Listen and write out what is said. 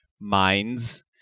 minds